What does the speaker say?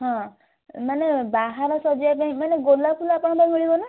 ହଁ ମାନେ ବାହାର ସଜେଇବା ପାଇଁ ମାନେ ଗୋଲାପ ଫୁଲ ଆପଣଙ୍କ ପାଖେ ମିଳିବ ନା